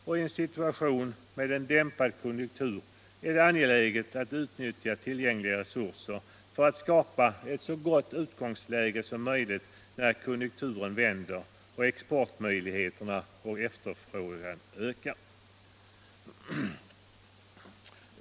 Och i en situation med en dämpad konjunktur är det angeläget att utnyttja tillgängliga resurser för att skapa ett så gott utgångsläge som möjligt när konjunkturen vänder och exportmöjligheter och efterfrågan ökar.